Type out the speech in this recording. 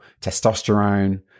testosterone